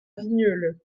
vigneulles